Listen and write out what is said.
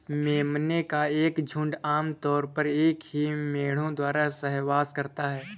मेमने का एक झुंड आम तौर पर एक ही मेढ़े द्वारा सहवास करता है